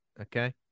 okay